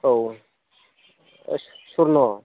औ स्वर्न